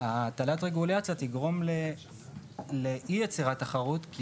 הטלת הרגולציות תגרום לאי יצירת תחרות,